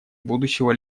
будущего